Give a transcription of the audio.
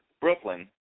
Brooklyn